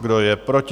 Kdo je proti?